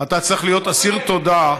אתה צריך להיות אסיר תודה,